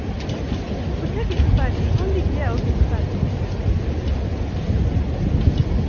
कुत्थै kitty party होंदी केह् ऐ ओ किट्टी पार्टी